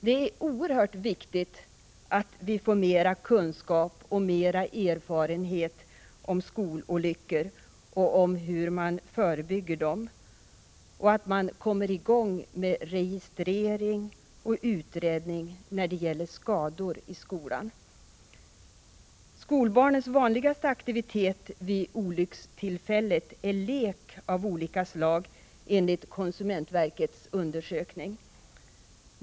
Det är oerhört viktigt att vi får mera kunskap och erfarenhet om skololyckor och hur man förebygger dem och att man kommer i gång med registrering och utredning när det gäller skador i skolan. Skolbarnens vanligaste aktivitet vid olyckstillfället är lek av olika slag, enligt konsumentverkets undersökning.